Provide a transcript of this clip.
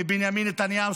מבנימין נתניהו,